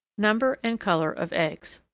number and colour of eggs.